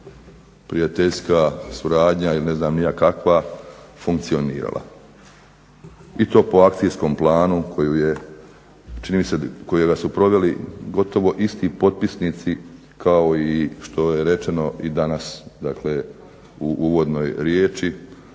prijateljska suradnja ili ne znam kakav funkcionirala i to po akcijskom planu kojega su proveli gotovo isti potpisnici kao što je rečeno i danas u uvodnoj riječi